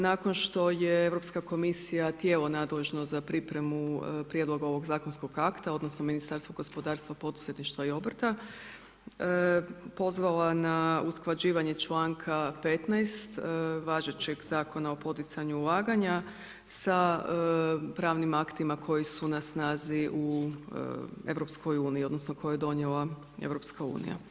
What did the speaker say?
Nakon što je Europska komisija tijelo nadležno za pripremu prijedloga ovog zakonskog akta, odnosno Ministarstvo gospodarstva, poduzetništva i obrta pozvala na usklađivanje članka 15. važećeg zakona o poticanju ulaganja sa pravnim aktima koji su na snazi u EU, odnosno koje je donijela EU.